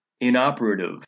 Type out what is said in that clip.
inoperative